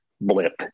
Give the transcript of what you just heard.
Blip